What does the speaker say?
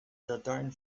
dateien